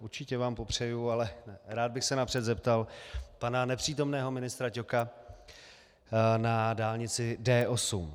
Určitě vám popřeji, ale rád bych se napřed zeptal pana nepřítomného ministra Ťoka na dálnici D8.